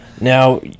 Now